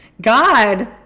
God